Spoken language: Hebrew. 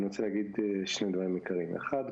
אני רוצה להגיד שני דברים עיקריים: האחד,